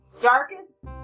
darkest